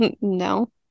no